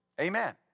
Amen